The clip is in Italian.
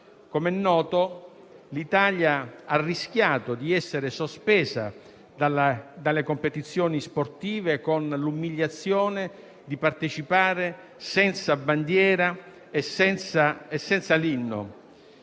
Come è noto, l'Italia ha rischiato di essere sospesa dalle competizioni sportive con l'umiliazione di partecipare senza bandiera e senza l'inno;